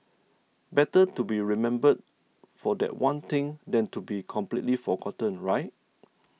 better to be remembered for that one thing than to be completely forgotten right